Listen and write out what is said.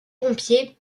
pompiers